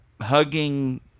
hugging